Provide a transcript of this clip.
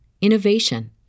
innovation